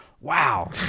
Wow